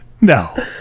No